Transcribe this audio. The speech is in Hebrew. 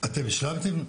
אתם סיימתם?